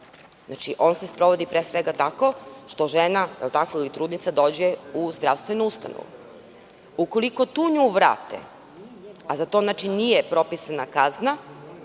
znači, on se sprovodi pre svega tako, što žena ili trudnica dođe u zdravstvenu ustanovu? Ukoliko tu nju vrate, a za to nije propisana kazna,